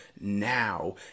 now